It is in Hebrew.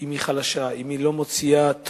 אם היא חלשה, אם היא לא מוציאה תוצאות